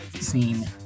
scene